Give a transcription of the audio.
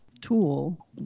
tool